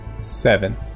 Seven